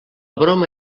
broma